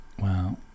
Wow